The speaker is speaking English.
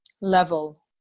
level